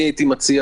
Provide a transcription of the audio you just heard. אני מציע